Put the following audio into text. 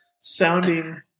sounding